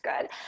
good